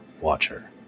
Watcher